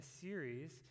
series